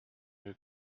your